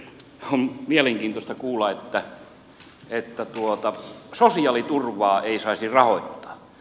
on mielenkiintoista kuulla että sosiaaliturvaa ei saisi rahoittaa